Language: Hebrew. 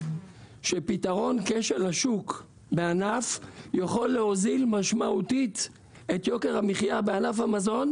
שפתרון כשל השוק בענף יכול להוזיל משמעותית את יוקר המחיה בענף המזון,